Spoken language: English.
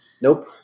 Nope